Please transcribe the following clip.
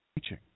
teaching